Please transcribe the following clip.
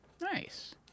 Nice